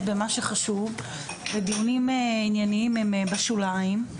במה שחשוב ודיונים ענייניים הם בשוליים,